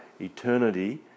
eternity